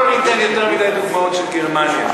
בוא לא ניתן יותר מדי דוגמאות של גרמניה.